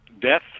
death